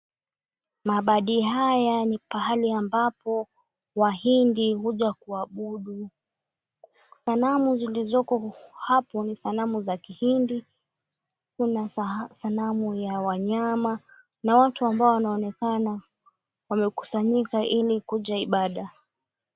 Maabadi haya ni pahali ambapo Wahindi huja kuabudu. Sanamu zilizoko hapo ni sanamu za kihindi. Kuna sanamu za wanyama na watu ambao wanaonekana wamekusanyika ili kuja ibada.